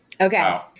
Okay